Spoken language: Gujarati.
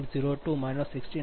02 69